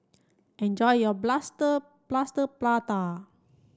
enjoy your Plaster Plaster Prata